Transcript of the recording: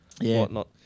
whatnot